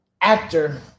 actor